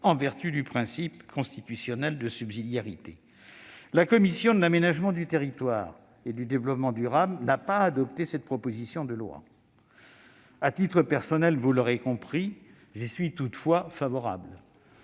en vertu du principe constitutionnel de subsidiarité. La commission de l'aménagement du territoire et du développement durable n'a pas adopté cette proposition de loi. À titre personnel, vous l'aurez compris, j'y suis toutefois favorable.